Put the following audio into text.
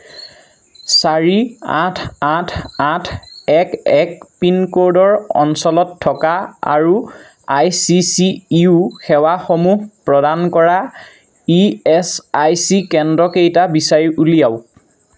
চাৰি আঠ আঠ আঠ এক এক পিন ক'ডৰ অঞ্চলত থকা আৰু আই চি চি ইউ সেৱাসমূহ প্ৰদান কৰা ই এছ আই চি কেন্দ্ৰকেইটা বিচাৰি উলিয়াওক